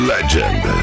Legend